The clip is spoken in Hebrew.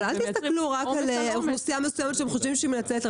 אל תסתכלו על אוכלוסייה מסוימת שחושבים שהיא מייצגת.